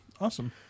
awesome